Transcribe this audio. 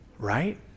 Right